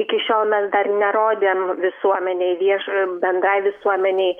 iki šiol mes dar nerodėm visuomenei vieš bendrai visuomenei